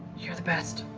you're the best.